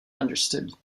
understood